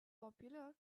popular